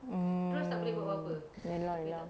mm ya lah ya lah